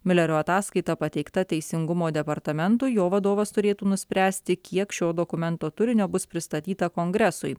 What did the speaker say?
miulerio ataskaita pateikta teisingumo departamentui jo vadovas turėtų nuspręsti kiek šio dokumento turinio bus pristatyta kongresui